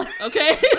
Okay